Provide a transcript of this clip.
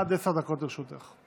עד עשר דקות לרשותך.